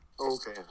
Okay